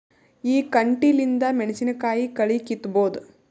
ಈ ಕಂಟಿಲಿಂದ ಮೆಣಸಿನಕಾಯಿ ಕಳಿ ಕಿತ್ತಬೋದ?